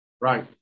Right